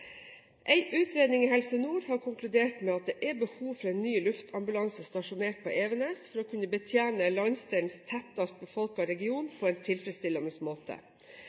«En utredning i Helse Nord har konkludert med at det er behov for en ny luftambulanse stasjonert på Evenes for å kunne betjene landsdelens tettest befolkede region på en tilfredsstillende måte.